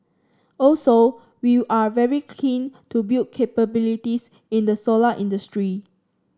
also we are very keen to build capabilities in the solar industry